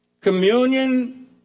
Communion